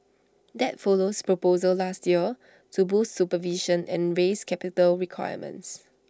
that follows proposals last year to boost supervision and raise capital requirements